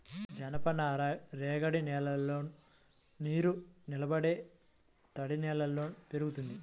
జనపనార రేగడి నేలల్లోను, నీరునిలబడే తడినేలల్లో పెరుగుతుంది